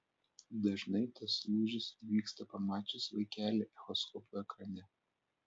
dažnai tas lūžis įvyksta pamačius vaikelį echoskopo ekrane